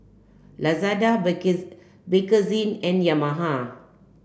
Lazada Bakerzin and Yamaha